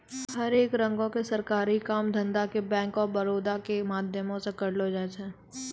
हरेक रंगो के सरकारी काम धंधा के बैंक आफ बड़ौदा के माध्यमो से करलो जाय छै